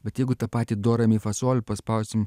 bet jeigu tą patį do re mi fa sol paspausim